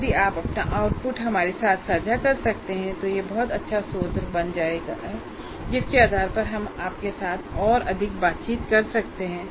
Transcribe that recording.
यदि आप अपना आउटपुट हमारे साथ साझा कर सकते हैं तो यह एक बहुत अच्छा स्रोत बन जाएगा जिसके आधार पर हम आपके साथ और अधिक बातचीत कर सकते हैं